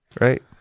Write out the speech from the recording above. right